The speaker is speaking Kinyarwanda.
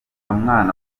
mwana